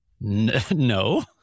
No